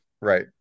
Right